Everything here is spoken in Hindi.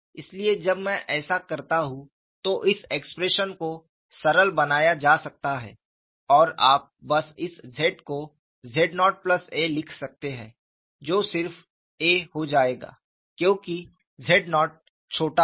इसलिए जब मैं ऐसा करता हूं तो इस एक्सप्रेशन को सरल बनाया जा सकता है और आप बस इस Z को z0a लिख सकते हैं जो सिर्फ a हो जायेगा क्योंकि z0 छोटा है